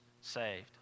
saved